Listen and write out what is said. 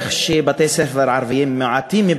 שבתי-ספר ערביים, מעטים מהם